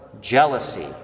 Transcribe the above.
jealousy